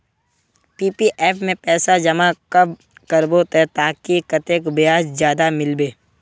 PPF में पैसा जमा कब करबो ते ताकि कतेक ब्याज ज्यादा मिलबे?